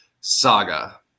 Saga